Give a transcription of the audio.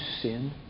sin